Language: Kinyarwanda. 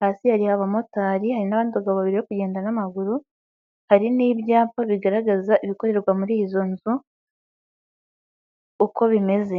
hasi hari abamotari, hari n'abandi bagabo babiri bari kugenda n'amaguru, hari n'ibyapa bigaragaza ibikorerwa muri izo nzu, uko bimeze.